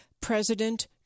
President